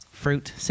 fruit